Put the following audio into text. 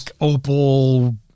opal